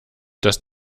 dass